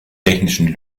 technischen